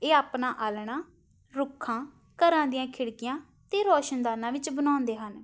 ਇਹ ਆਪਣਾ ਆਲ੍ਹਣਾ ਰੁੱਖਾਂ ਘਰਾਂ ਦੀਆਂ ਖਿੜਕੀਆਂ ਅਤੇ ਰੌਸ਼ਨਦਾਨਾਂ ਵਿੱਚ ਬਣਾਉਂਦੇ ਹਨ